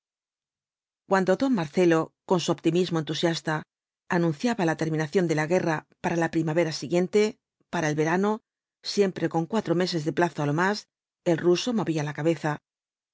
cuando don marcelo en su optimismo entusiasta anunciaba la terminación de la guerra para la primavera siguiente para el verano siempre con cuatro meses de plazo á lo más el ruso movía la cabeza